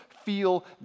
Feel